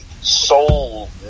soul